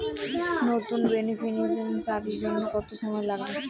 নতুন বেনিফিসিয়ারি জন্য কত সময় লাগবে?